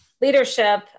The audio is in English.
leadership